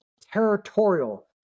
territorial